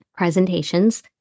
Presentations